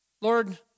Lord